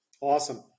Awesome